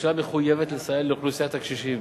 הממשלה מחויבת לסייע לאוכלוסיית הקשישים.